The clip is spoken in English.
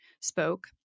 spoke